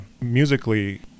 musically